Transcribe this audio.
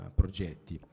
progetti